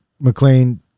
mclean